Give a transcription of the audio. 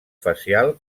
facial